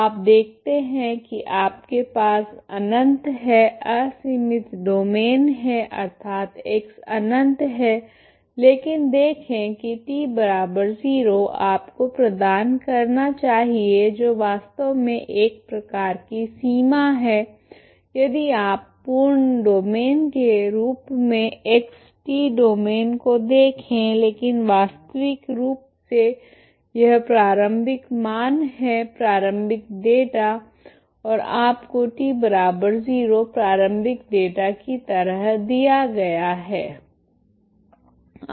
आप देखते हैं कि आपके पास अनंत है असीमित डोमैन है अर्थात x अनंत है लेकिन देखें कि t 0 आपको प्रदान करना चाहिए जो वास्तव में एक प्रकार की सीमा है यदि आप पूर्ण डोमैन के रूप में x t डोमैन को देखे लेकिन वास्तविक रूप से यह प्रारंभिक मान है प्रारंभिक डेटा और आपको t 0 प्रारंभिक डेटा की तरह दिया गया है